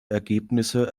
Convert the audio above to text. ergebnisse